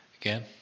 again